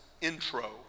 intro